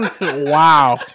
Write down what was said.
Wow